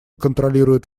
контролирует